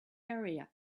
area